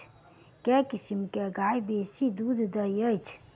केँ किसिम केँ गाय बेसी दुध दइ अछि?